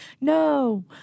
No